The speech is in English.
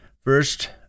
first